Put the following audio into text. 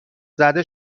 زده